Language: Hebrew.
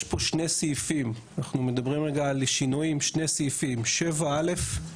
יש פה שני סעיפים - יש את סעיף 7א ואת